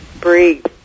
Breathe